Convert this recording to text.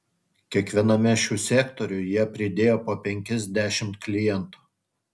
kiekviename šių sektorių jie pridėjo po penkis dešimt klientų